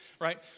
right